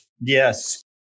Yes